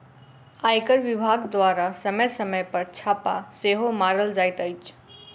आयकर विभाग द्वारा समय समय पर छापा सेहो मारल जाइत अछि